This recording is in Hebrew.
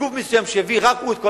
לגוף מסוים שיביא רק הוא את העובדים.